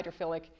hydrophilic